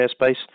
airspace